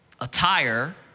attire